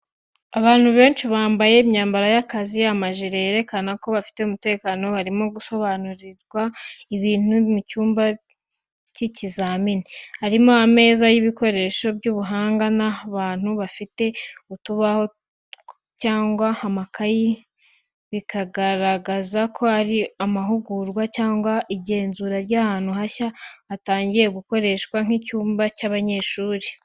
Abantu benshi bambaye imyambaro y'akazi amajire yerekana ko bafite umutekano, barimo gusobanurirwa ibintu mu cyumba cy’ikizamini. Harimo ameza y’ibikoresho by'ubuhanga n’abantu bafite utubaho cyangwa amakayi, bikagaragaza ko ari amahugurwa cyangwa igenzura ry’ahantu hashya hatangiye gukoreshwa nk’icyumba cy’abanyeshuri.